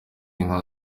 inka